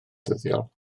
ddyddiol